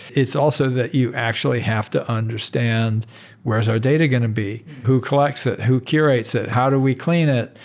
it's also that you actually have to understand where is our data going to be. who collects it? who curates it? how do we clean it?